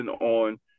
on